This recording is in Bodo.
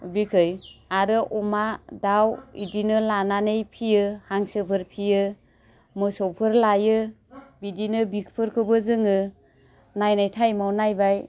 बिखै आरो अमा दाउ इदिनो लानानै फियो हांसोफोर फियो मोसौफोर लायो बिदिनो बिगफोरखौबो जोङो नायनाय टाइमआव नायबाय